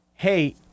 hey